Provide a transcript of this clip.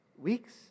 Weeks